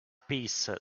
piece